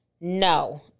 no